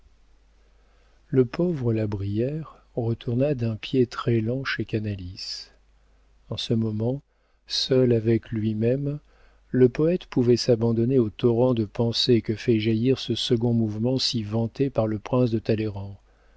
le pauvre la brière retourna d'un pied très lent chez canalis en ce moment seul avec lui-même le poëte pouvait s'abandonner au torrent de pensées que fait jaillir ce second mouvement si vanté par le prince de